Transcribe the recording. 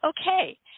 Okay